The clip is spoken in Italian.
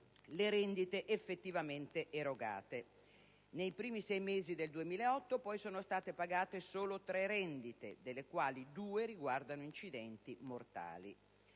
le rendite effettivamente erogate. Nei primi sei mesi del 2008, poi, sono state pagate solo 3 rendite (delle quali 2 riguardano incidenti mortali).